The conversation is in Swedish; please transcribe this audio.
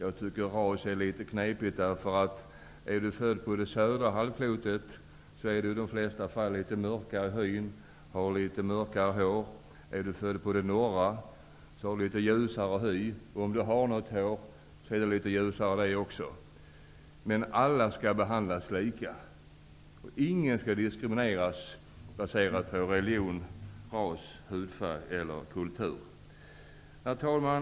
Detta med ras är knepigt; den som är född på södra halvklotet har i de flesta fall mörkare hy och mörkare hår, och den som är född på norra halvklotet har ljusare hy och ljusare hår. Alla skall behandlas lika, och ingen skall diskrimineras på grund av religion, ras, hudfärg eller kultur. Herr talman!